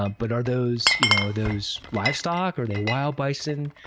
ah but are those you know those livestock? are they wild bison?